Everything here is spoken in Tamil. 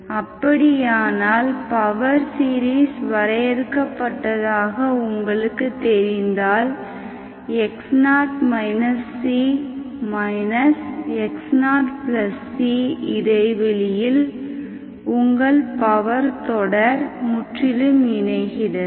அப்படியானால் பவர் சீரிஸ் வரையறுக்கப்பட்டதாக உங்களுக்குத் தெரிந்தால் x0 c x0cஇடைவெளியில் உங்கள் பவர் தொடர் முற்றிலும் இணைகிறது